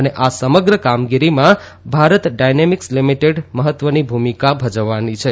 અને આ સમગ્ર કામગીરીમાં ભારત ડાયનેમિકસ લીમીટેડે મહત્વની ભૂમિકા ભજવવાની છે